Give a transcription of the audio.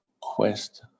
quest